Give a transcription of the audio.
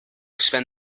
spend